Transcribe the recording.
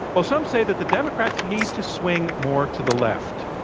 well, some say that the democrats need to swing more to the left,